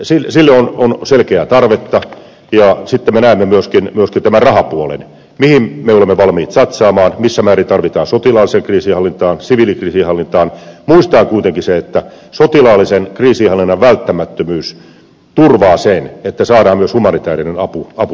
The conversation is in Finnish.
sille on selkeää tarvetta ja sitten me näemme myöskin tämän rahapuolen mihin me olemme valmiit satsaamaan missä määrin tarvitaan sotilaalliseen kriisinhallintaan siviilikriisinhallintaan muistaen kuitenkin sen että sotilaallisen kriisinhallinnan välttämättömyys turvaa sen että saadaan myös humanitäärinen apu perille